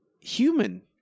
human